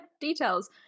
details